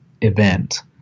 event